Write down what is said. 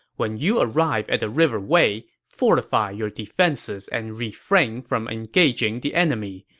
when you arrive at the river wei, fortify your defenses and refrain from engaging the enemy.